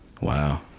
wow